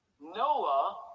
Noah